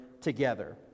together